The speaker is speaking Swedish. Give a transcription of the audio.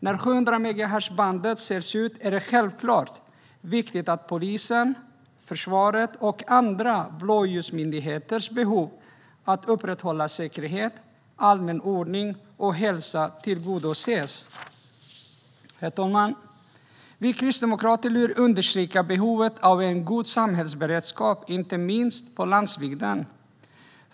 När 700-megahertzbandet säljs ut är det självklart viktigt att polisens, försvarets och andra blåljusmyndigheters behov av att upprätthålla säkerhet, allmän ordning och hälsa tillgodoses. Herr talman! Vi kristdemokrater vill understryka behovet av en god samhällsberedskap, inte minst på landsbygden.